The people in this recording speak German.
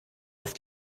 auf